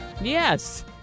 Yes